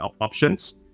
options